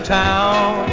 town